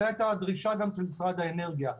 וזו הייתה גם הדרישה של משרד האנרגיה.